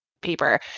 paper